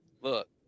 Look